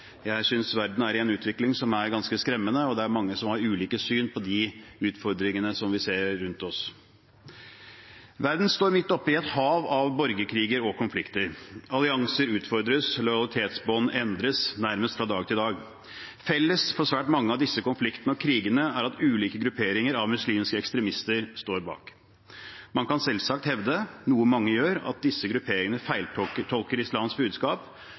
Jeg synes verden er i en utvikling som er ganske skremmende, og det er mange som har ulike syn på de utfordringene som vi ser rundt oss. Verden står midt oppi et hav av borgerkriger og konflikter – allianser utfordres, og lojalitetsbånd endres nærmest fra dag til dag. Felles for svært mange av disse konfliktene og krigene er at ulike grupperinger av muslimske ekstremister står bak. Man kan selvsagt hevde – noe mange gjør – at disse grupperingene feiltolker islams budskap,